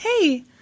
hey